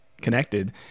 connected